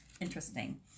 Interesting